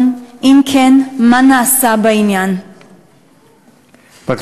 2. אם כן, מה נעשה בעניין?